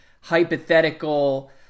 hypothetical